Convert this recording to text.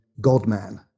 God-man